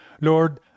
Lord